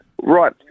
right